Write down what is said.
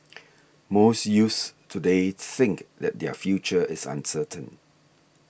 most youths today think that their future is uncertain